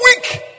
weak